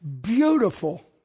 beautiful